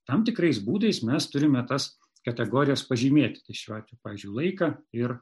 tam tikrais būdais mes turime tas kategorijas pažymėti tai šiuo atveju pavyzdžiui laiką ir